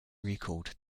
recalled